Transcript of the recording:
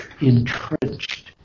entrenched